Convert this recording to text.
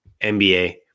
NBA